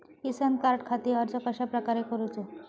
किसान कार्डखाती अर्ज कश्याप्रकारे करूचो?